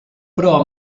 però